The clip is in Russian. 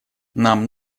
нам